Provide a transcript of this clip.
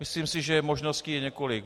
Myslím si, že možností je několik.